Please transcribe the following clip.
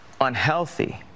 unhealthy